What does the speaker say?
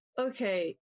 Okay